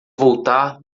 voltar